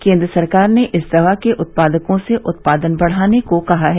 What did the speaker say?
केंद्र सरकार ने इस दवा के उत्पादकों से उत्पादन बढ़ाने को कहा है